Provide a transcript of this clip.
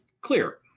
clear